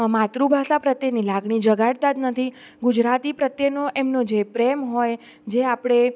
માતૃભાષા પ્રત્યેની લાગણી જગાડતા જ નથી ગુજરાતી પ્રત્યેનો એમનો જે પ્રેમ હોય જે આપણે